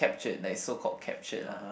captured like so called captured ah